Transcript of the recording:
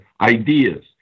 Ideas